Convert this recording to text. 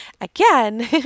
again